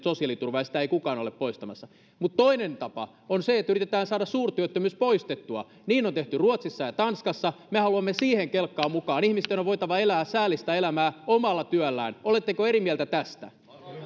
sosiaaliturva ja sitä ei kukaan ole poistamassa mutta toinen tapa on se että yritetään saada suurtyöttömyys poistettua niin on tehty ruotsissa ja tanskassa ja me haluamme siihen kelkkaan mukaan ihmisten on voitava elää säällistä elämää omalla työllään oletteko eri mieltä tästä